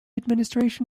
administration